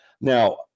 Now